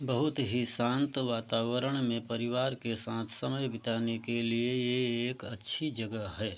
बहुत ही शांत वातावरण में परिवार के साथ समय बिताने के लिए यह एक अच्छी जगह है